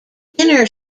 inner